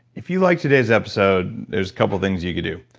if you liked today's episode there is a couple of things you could do,